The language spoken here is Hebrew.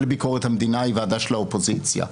לביקורת המדינה היא ועדה של האופוזיציה.